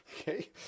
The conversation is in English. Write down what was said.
Okay